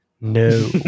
No